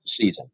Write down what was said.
season